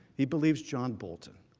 he believes john bolton.